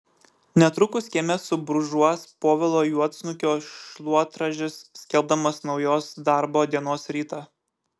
netrukus kieme subrūžuos povilo juodsnukio šluotražis skelbdamas naujos darbo dienos rytą